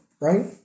right